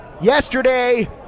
Yesterday